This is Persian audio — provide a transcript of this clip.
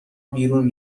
بیرون